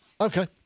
okay